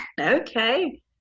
Okay